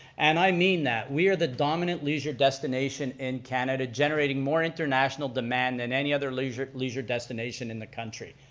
and i mean that. we are the dominant leisure destination in canada, generating more international demand than any other leisure leisure destination in the country.